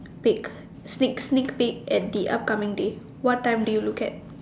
peak sneak sneak peak at the upcoming days what time do you look at